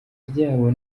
ryabo